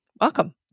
Welcome